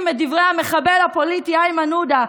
את דברי המחבל הפוליטי איימן עודה,